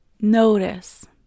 Notice